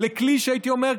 הייתי אומר,